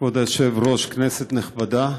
כבוד היושב-ראש, כנסת נכבדה,